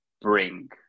bring